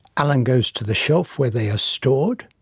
alan goes to the shelf where they are stored,